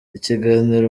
ikiganiro